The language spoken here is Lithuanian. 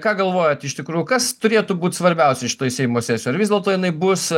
ką galvojat iš tikrųjų kas turėtų būt svarbiausia šitoj seimo sesijoj ar vis dėlto jinai bus